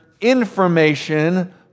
information